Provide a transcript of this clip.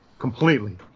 completely